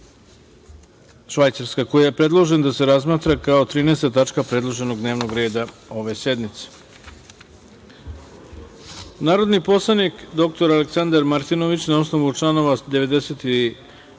Švajcarska, koji je predložen da se razmatra kao 13. tačka predloženog dnevnog reda ove sednice. Narodni poslanik dr Aleksandar Martinović na osnovu članova 92. stav